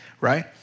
right